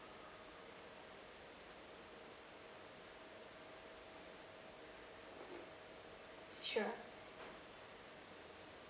sure